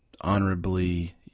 honorably